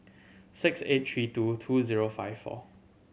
six eight three two two zero five four